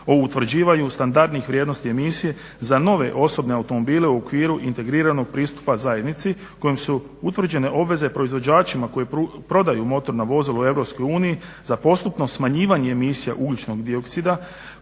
o utvrđivanju standardnih vrijednosti emisije za nove osobne automobile u okviru integriranog pristupa zajednici kojom su utvrđene obveze proizvođačima koji prodaju motorna vozila u Europskoj uniji za postupno smanjivanje emisija ugljičnog dioksida